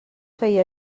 feia